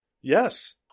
Yes